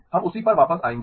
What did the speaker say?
हम उसी पर वापस आएंगे